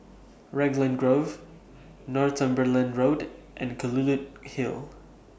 Raglan Grove Northumberland Road and Kelulut Hill